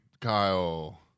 kyle